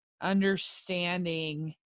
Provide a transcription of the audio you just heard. understanding